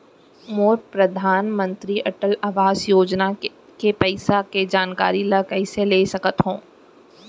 मोर परधानमंतरी अटल आवास योजना के पइसा के जानकारी ल कइसे ले सकत हो?